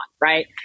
Right